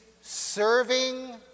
...serving